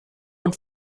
und